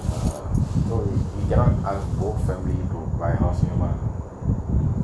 err so we we cannot I was both family to buy wholesale mah